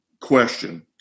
question